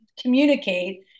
communicate